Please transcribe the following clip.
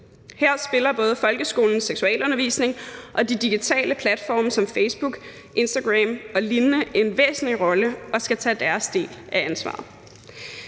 Her spiller både folkeskolens seksualundervisning og de digitale platforme som Facebook, Instagram og lignende en væsentlig rolle og skal tage deres del af ansvaret.